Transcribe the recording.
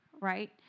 right